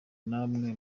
namwe